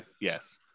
yes